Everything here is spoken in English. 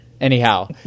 Anyhow